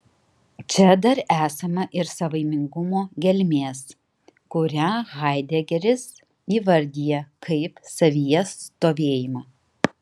čia dar esama ir savaimingumo gelmės kurią haidegeris įvardija kaip savyje stovėjimą